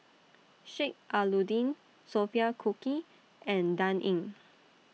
Sheik Alau'ddin Sophia Cooke and Dan Ying